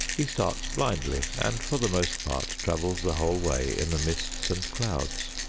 he starts blindly and, for the most part, travels the whole way in the mists and clouds.